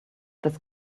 this